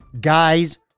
Guys